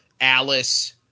Alice